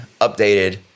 updated